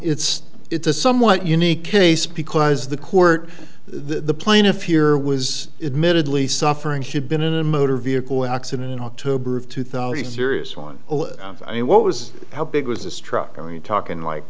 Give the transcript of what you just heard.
it's it's a somewhat unique case because the court the plaintiff here was admittedly suffering she'd been in a motor vehicle accident in october of two thousand serious one i mean what was how big was this truck are you talking like